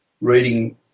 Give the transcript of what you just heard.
reading